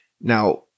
Now